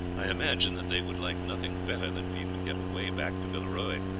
i imagine that they would like nothing better than for you to get away back to villeroy,